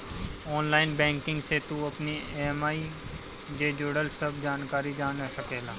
online banking से तू अपनी इ.एम.आई जे जुड़ल सब जानकारी जान सकेला